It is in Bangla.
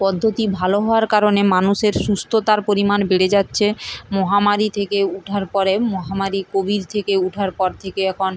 পদ্ধতি ভালো হওয়ার কারণে মানুষের সুস্থতার পরিমাণ বেড়ে যাচ্ছে মহামারী থেকে উঠার পরে মহামারী কোভিড থেকে উঠার পর থেকে এখন